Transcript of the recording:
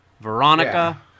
Veronica